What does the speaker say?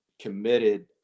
committed